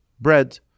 bread